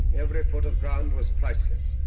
every foot of ground was priceless,